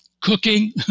cooking